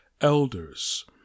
elders